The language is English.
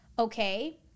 okay